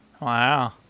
Wow